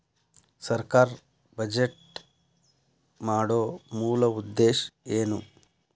ಸರ್ಕಾರ್ ಬಜೆಟ್ ಮಾಡೊ ಮೂಲ ಉದ್ದೇಶ್ ಏನು?